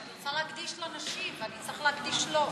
אני רוצה להקדיש לנשים, אבל צריך להקדיש לו.